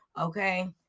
okay